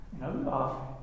No